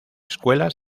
escuela